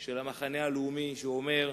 של המחנה הלאומי שאומר: